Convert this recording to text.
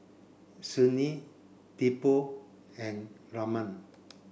Sunil Tipu and Raman